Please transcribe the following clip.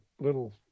little